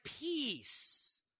peace